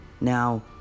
now